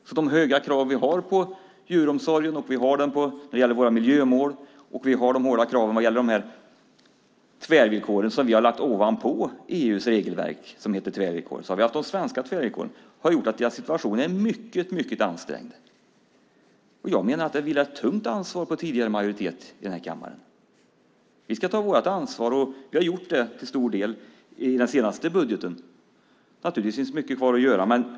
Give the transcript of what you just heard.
Med de höga krav vi har på djuromsorg, våra miljömål och de svenska tvärvillkoren som vi har lagt ovanpå EU:s regelverk med tvärvillkor har gjort att deras situation är mycket ansträngd. Jag menar att det vilar ett tungt ansvar på tidigare majoritet i den här kammaren. Vi ska ta vårt ansvar, och vi har gjort det till stor del i den senaste budgeten. Det finns naturligtvis mycket kvar att göra.